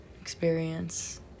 experience